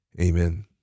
Amen